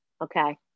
okay